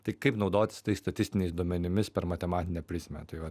tai kaip naudotis tais statistiniais duomenimis per matematinę prizmę tai va